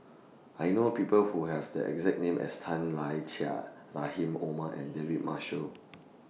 I know People Who Have The exact name as Tan Lai Chye Rahim Omar and David Marshall